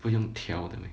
不用调的 meh